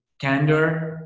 candor